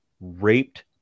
raped